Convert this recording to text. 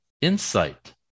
Insight